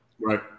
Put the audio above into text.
Right